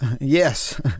yes